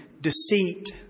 deceit